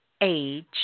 age